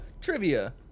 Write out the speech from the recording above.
Trivia